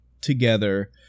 together